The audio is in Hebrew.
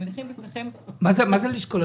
מה זה לשקול?